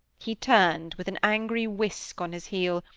he turned with an angry whisk on his heel,